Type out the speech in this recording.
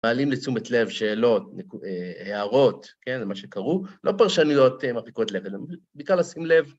מעלים לתשומת לב, שאלות, הערות, כן, למה שקראו, לא פרשניות מרחיקות לכת, אלא בעיקר לשים לב...